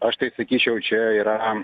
aš tai sakyčiau čia yra